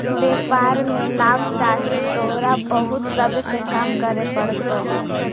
व्यापार में लाभ चाहि त तोरा बहुत सब्र से काम करे पड़तो